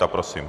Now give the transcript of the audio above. A prosím.